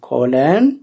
Colon